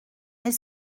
mais